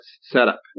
setup